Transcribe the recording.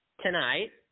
tonight